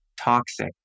toxic